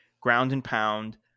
ground-and-pound